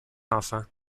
enfants